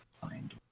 find